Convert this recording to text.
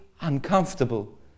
uncomfortable